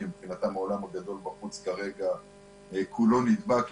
כי מבחינתם העולם הגדול בחוץ כרגע כולו נדבק,